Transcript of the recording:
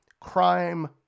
crime-